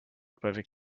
perfect